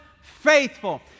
faithful